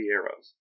arrows